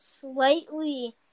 slightly